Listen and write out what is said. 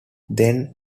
then